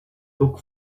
took